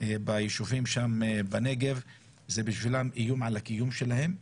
ביישובים בנגב, זה בשבילם איום על הקיום שלהם.